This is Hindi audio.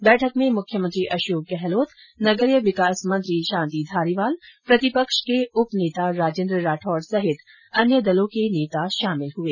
इस बैठक में मुख्यमंत्री अशोक गहलोत नगरीय विकास मंत्री शांति धारीवाल प्रतिपक्ष के उपनेता राजेन्द्र राठौड सहित अन्य दलों के नेता शामिल हुए